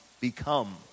become